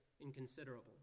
inconsiderable